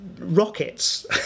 Rockets